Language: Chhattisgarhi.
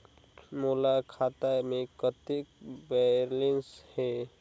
मोर खाता मे कतेक बैलेंस हे?